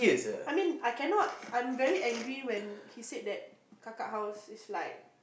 I mean I cannot I'm very angry when he said that kaka house is like